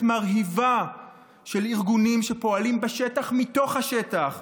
מרהיבה של ארגונים שפועלים בשטח מתוך השטח,